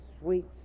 sweet